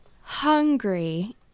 hungry